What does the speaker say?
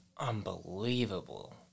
unbelievable